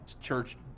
church